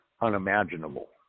unimaginable